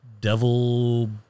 devil